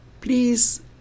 please